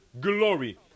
glory